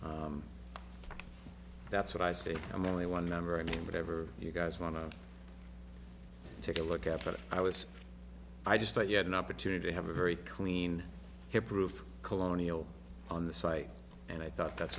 that's what i say i'm only one member i mean whatever you guys want to take a look at but i was i just thought you had an opportunity to have a very clean hip roof colonial on the site and i thought that's